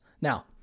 Now